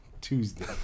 Tuesday